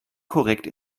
korrekt